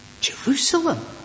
Jerusalem